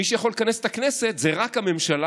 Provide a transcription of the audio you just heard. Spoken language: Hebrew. מי שיכול לכנס את הכנסת זה רק הממשלה,